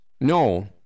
No